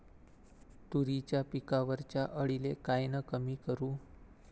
तुरीच्या पिकावरच्या अळीले कायनं कमी करू?